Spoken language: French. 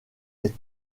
est